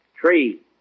Tree